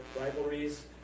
rivalries